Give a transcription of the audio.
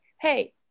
hey